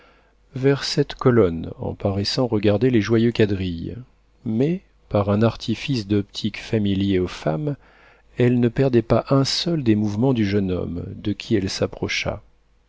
vers cette colonne en paraissant regarder les joyeux quadrilles mais par un artifice d'optique familier aux femmes elle ne perdait pas un seul des mouvements du jeune homme de qui elle s'approcha